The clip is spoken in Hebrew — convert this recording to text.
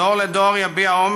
דור לדור יביע אומר.